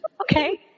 Okay